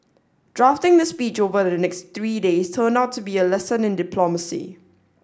drafting the speech over the next three days turned out to be a lesson in diplomacy